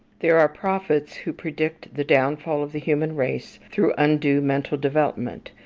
there are prophets who predict the downfall of the human race through undue mental development,